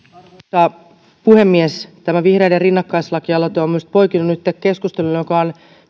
arvoisa puhemies tämä vihreiden rinnakkaislakialoite on minusta poikinut nyt keskustelun joka on